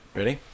Ready